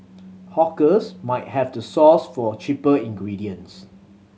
hawkers might have to source for cheaper ingredients